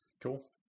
cool